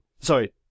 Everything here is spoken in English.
Sorry